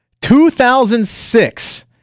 2006